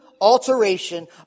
alteration